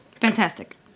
fantastic